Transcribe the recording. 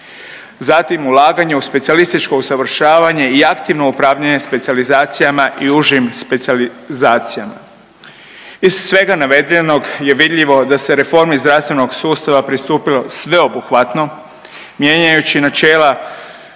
Zatim ulaganje u specijalističko usavršavanje i aktivno upravljanje specijalizacijama i užim specijalizacijama. Iz svega navedenog je vidljivo da se reformi zdravstvenog sustava pristupilo sveobuhvatno mijenjajući načela